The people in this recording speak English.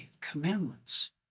commandments